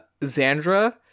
Zandra